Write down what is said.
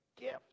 gift